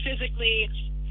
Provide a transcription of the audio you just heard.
physically